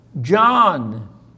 John